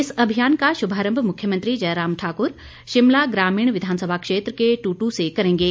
इस अभियान का शुभारंभ मुख्यमंत्री जयराम ठाकुर शिमला ग्रामीण विधानसभा क्षेत्र के टुटू से करेंगे